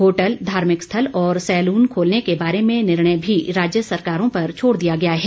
hotel धार्मिक स्थल और सैलून खोलने के बारे में निर्णय भी राज्य सरकारों पर छोड़ दिया गया है